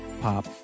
pop